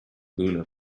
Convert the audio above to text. luna